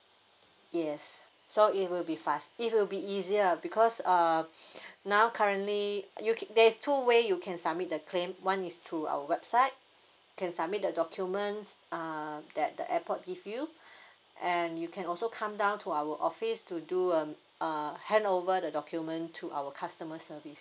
yes so it will be fast it will be easier because uh now currently you there is two way you can submit the claim one is through our website can submit the documents uh that the airport give you and you can also come down to our office to do a uh hand over the document to our customer service